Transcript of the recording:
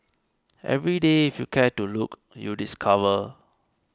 every day if you care to look you discover